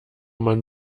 man